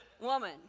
woman